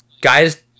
guys